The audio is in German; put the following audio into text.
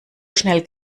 schnell